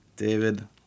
David